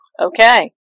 okay